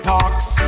Parks